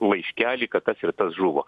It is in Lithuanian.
laiškelį kad tas ir tas žuvo